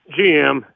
GM